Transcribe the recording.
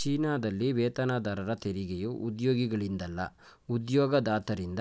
ಚೀನಾದಲ್ಲಿ ವೇತನದಾರರ ತೆರಿಗೆಯು ಉದ್ಯೋಗಿಗಳಿಂದಲ್ಲ ಉದ್ಯೋಗದಾತರಿಂದ